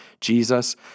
Jesus